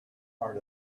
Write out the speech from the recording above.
part